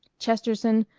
chesterton,